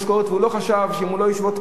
והוא לא חשב שאם הוא לא ישבות קודם,